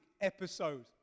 episode